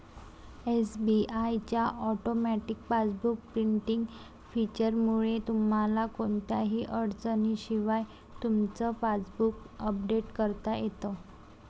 SBI च्या automatic passbook printing फीचरमुळे तुम्हाला कोणत्याही अडचणीशिवाय तुमचं पासबुक अपडेट करता येतं